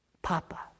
Papa